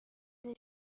میز